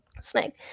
snake